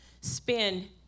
spin